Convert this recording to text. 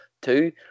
two